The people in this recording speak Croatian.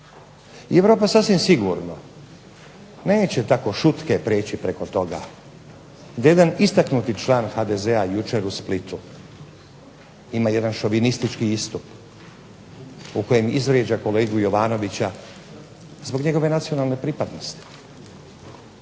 i Europa sasvim sigurno neće tako šutke preći preko toga da jedan istaknuti član HDZ-a jučer u Splitu ima jedan šovinistički istup u kojem izvrijeđa kolegu Jovanovića zbog njegove nacionalne pripadnosti.